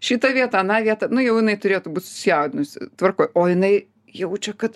šitą vietą aną vietą nu jau jinai turėtų būt susijaudinusi tvarkoj o jinai jaučia kad